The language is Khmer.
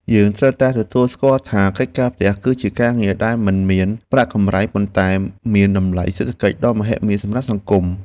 យើងត្រូវតែទទួលស្គាល់ថាកិច្ចការផ្ទះ គឺជាការងារដែលមិនមានប្រាក់កម្រៃប៉ុន្តែមានតម្លៃសេដ្ឋកិច្ចដ៏មហិមាសម្រាប់សង្គម។